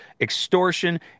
extortion